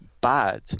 bad